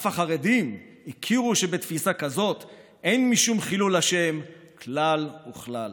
אף החרדים הכירו שבתפיסה כזאת אין משום חילול השם כלל וכלל".